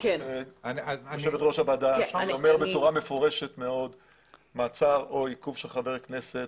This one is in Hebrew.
אני אומר בצורה מפורשת מאוד שמעצר או עיכוב של חבר כנסת,